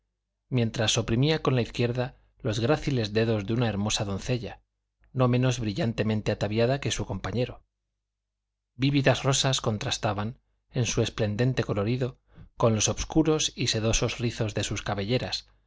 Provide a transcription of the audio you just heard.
mientras oprimía con la izquierda los gráciles dedos de una hermosa doncella no menos brillantemente ataviada que su compañero vívidas rosas contrastaban en su esplendente colorido con los obscuros y sedosos rizos de sus cabelleras